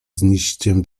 znijściem